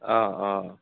অঁ অঁ